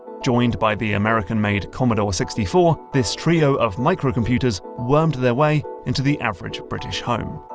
joined by the american-made commodore sixty four, this trio of microcomputers wormed their way into the average british home.